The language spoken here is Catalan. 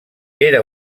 era